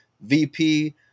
VP